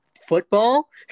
football